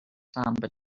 samba